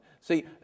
See